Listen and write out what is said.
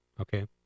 Okay